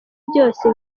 byose